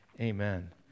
Amen